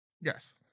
Yes